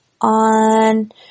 on